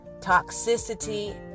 toxicity